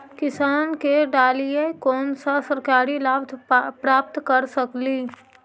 किसान के डालीय कोन सा सरकरी लाभ प्राप्त कर सकली?